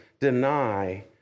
deny